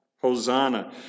Hosanna